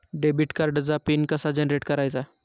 Debit कार्डचा PIN कसा generate करायचा?